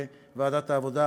לוועדת העבודה,